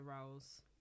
roles